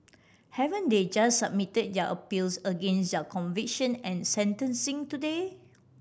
haven't they just submit their appeals against their conviction and sentencing today